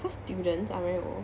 !huh! students are very old